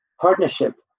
partnership